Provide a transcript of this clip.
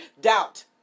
doubt